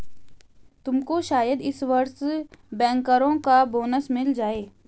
तुमको शायद इस वर्ष बैंकरों का बोनस मिल जाए